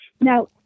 Now